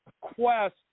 Quest